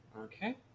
Okay